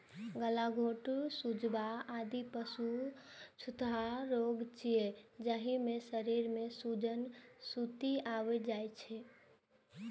गलाघोटूं, सुजवा, आदि पशुक छूतहा रोग छियै, जाहि मे शरीर मे सूजन, सुस्ती आबि जाइ छै